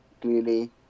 clearly